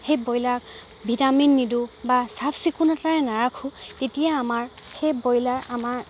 সেই ব্ৰইলাৰক ভিটামিন নিদোঁ বা চাফ চিকুণতাৰে নাৰাখোঁ তেতিয়া আমাৰ সেই ব্ৰইলাৰ আমাৰ